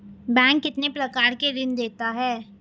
Bank कितने प्रकार के ऋण देता है?